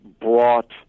brought